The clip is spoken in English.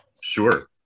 Sure